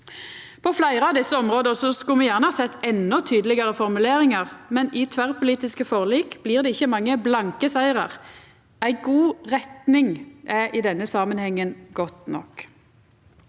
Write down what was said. På fleire av desse områda skulle me gjerne ha sett endå tydelegare formuleringar, men i tverrpolitiske forlik blir det ikkje mange blanke sigrar. Ei god retning er i denne samanhengen godt nok.